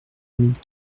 mille